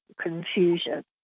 confusion